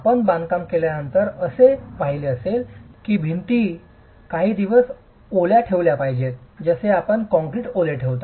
आपण बांधकाम केल्यानंतर पाहिले असेलच भिंती काही दिवस ओल्या ठेवल्या पाहिजेत जसे आपण कंक्रीट ओले ठेवता